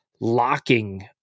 locking